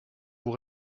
vous